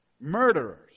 murderers